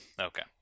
Okay